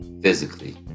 physically